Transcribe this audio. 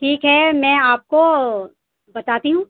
ٹھیک ہے میں آپ کو بتاتی ہوں